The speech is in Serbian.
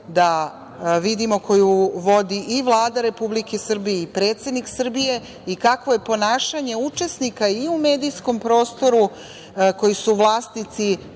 da vidimo, koju vodi i Vlada Republike Srbije i predsednik Srbije i kakvo je ponašanje učesnika i u medijskom prostoru koji su vlasnici